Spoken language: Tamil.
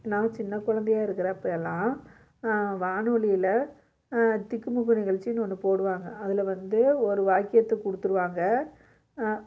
நான் சின்ன குழந்தையாக இருக்கிறப்ப எல்லாம் வானொலியில் திக்குமுக்கு நிகழ்ச்சின்னு ஒன்று போடுவாங்க அதில் வந்து ஒரு வாக்கியத்தை கொடுத்துருவாங்க